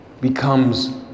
becomes